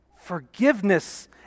Forgiveness